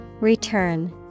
Return